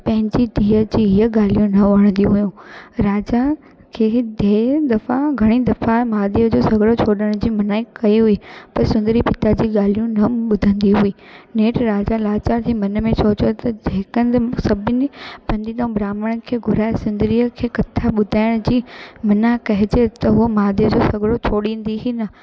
पंहिंजी धीअ जी हीअं ॻाल्हियूं न वणंदी हुयूं राजा खे ढेर दफ़ा घणई दफ़ा महादेव जो सॻिड़ो छोॾण जी मनाई कई हुई पर सुंदरी पिता जी ॻाल्हियूं न ॿुधंदी हुई नेठि राजा लाचारु थी मन में सोचियो त हिकु हंधि सभिनि पंडित ऐं ब्राहम्ण खे घुराए सुंदरीअ खे कथा ॿुधाइण जी मना कजे त हूअ महादेव जो सॻिड़ो छोड़ींदी ही न